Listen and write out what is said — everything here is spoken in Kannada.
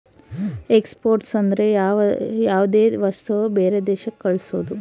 ಎಕ್ಸ್ಪೋರ್ಟ್ ಅಂದ್ರ ಯಾವ್ದೇ ವಸ್ತುನ ಬೇರೆ ದೇಶಕ್ ಕಳ್ಸೋದು